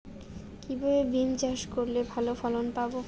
কিভাবে বিম চাষ করলে ভালো ফলন পাব?